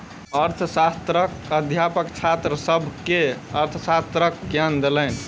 अर्थशास्त्रक अध्यापक छात्र सभ के अर्थशास्त्रक ज्ञान देलैन